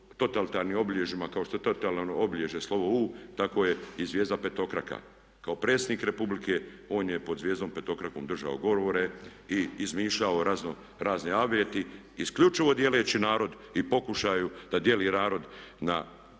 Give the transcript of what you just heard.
totalitarnim obilježjima kao što je totalitarno obilježje slovo "U" tako je i zvijezda petokraka. Kao predsjednik Republike on je pod zvijezdom petokrakom držao govore i izmišljao razne aveti isključivo dijeleći narod i pokušaju da dijeli narod na